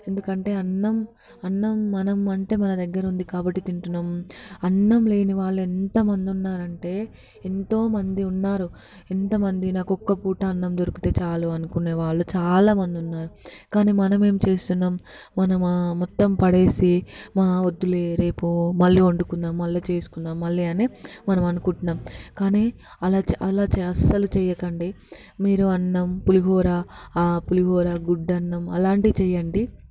ఎందుకంటే అన్నం అన్నం మనం అంటే మా దగ్గర ఉంది కాబట్టి తింటున్నాము అన్నం లేని వాళ్ళు ఎంత మంది ఉన్నారు అంటే ఎంతో మంది ఉన్నారు ఎంత మంది నాకు ఒక్క పూట అన్నం దొరికితే చాలు అనుకునే వాళ్ళు చాలా మంది ఉన్నారు కానీ మనమేం చేస్తున్నాము మనము మొత్తం పడేసి మా వద్దులే రేపు మళ్ళీ వండుకుందాము మళ్ళీ చేసుకుందాము మళ్ళీ అని మనం అనుకుంటున్నాము కానీ అలా అలా అస్సలు చేయకండి మీరు అన్నం పులిహోర పులిహోర గుడ్డన్నం అలాంటివి చేయండి